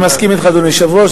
אני מסכים אתך, אדוני היושב-ראש.